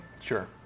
Sure